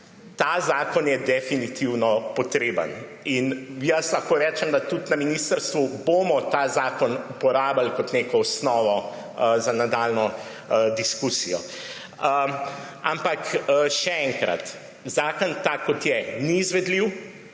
Ta zakon je definitivno potreben in jaz lahko rečem, da tudi na ministrstvu bomo ta zakon uporabili kot neko osnovo za nadaljnjo diskusijo. Ampak še enkrat. Zakon, tak, kot je, ni izvedljiv,